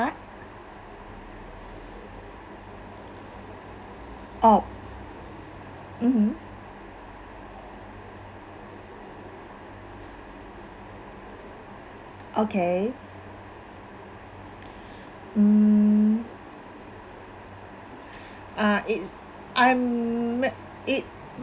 oh mmhmm okay mm uh it I'm it